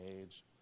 age